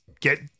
get